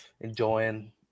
enjoying